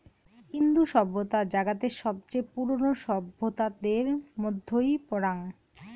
ইন্দু সভ্যতা জাগাতের সবচেয়ে পুরোনো সভ্যতাদের মধ্যেই পরাং